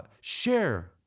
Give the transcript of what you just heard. share